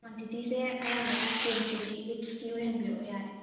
ꯀ꯭ꯋꯥꯟꯇꯤꯇꯤꯁꯦ ꯑꯌꯥꯝꯕꯅ ten K G ꯏꯁꯀꯤ ꯑꯣꯏꯍꯟꯕꯤꯔꯛꯑꯣ ꯌꯥꯔꯦ